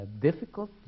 difficult